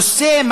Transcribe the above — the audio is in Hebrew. הקוסם,